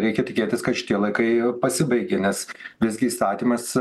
reikia tikėtis kad šitie laikai pasibaigė nes visgi įstatymas